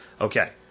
Okay